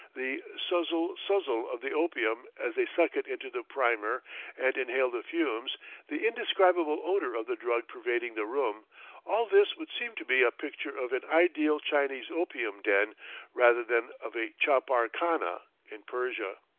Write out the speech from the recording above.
the suzzle-suzzle of the opium as they suck it into the primer and inhale the fumes the indescribable odor of the drug pervading the room all this would seem to be a picture of an ideal chinese opium den rather than of a chapar-khana in persia.